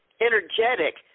energetic